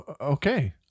Okay